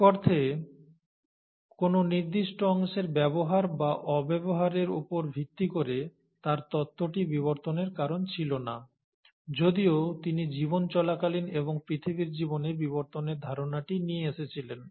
এক অর্থে কোনও নির্দিষ্ট অংশের ব্যবহার বা অব্যবহারের উপর ভিত্তি করে তাঁর তত্ত্বটি বিবর্তনের কারণ ছিল না যদিও তিনি জীবন চলাকালীন এবং পৃথিবীর জীবনে বিবর্তনের ধারণাটি নিয়ে এসেছিলেন